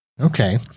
okay